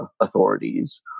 authorities